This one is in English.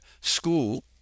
school